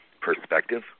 perspective